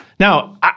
Now